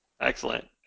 Excellent